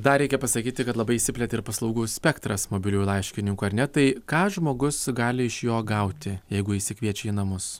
dar reikia pasakyti kad labai išsiplėtė ir paslaugų spektras mobiliųjų laiškininkų ar ne tai ką žmogus gali iš jo gauti jeigu išsikviečia į namus